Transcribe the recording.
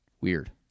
Weird